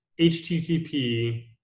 HTTP